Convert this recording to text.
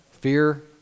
fear